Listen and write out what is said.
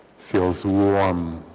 feels warm